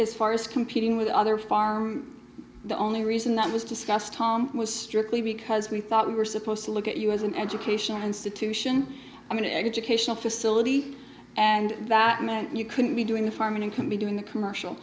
as far as competing with other farm the only reason that was discussed tom was strictly because we thought we were supposed to look at you as an educational institution going to educational facility and that meant you couldn't be doing the farming can be doing the commercial